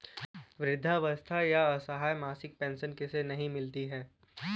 वृद्धावस्था या असहाय मासिक पेंशन किसे नहीं मिलती है?